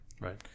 Right